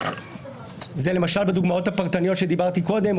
זה למשל בדוגמאות הפרטניות שדיברתי קודם,